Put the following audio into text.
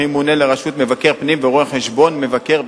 ימונה לרשות מבקר פנים ורואה-חשבון מבקר,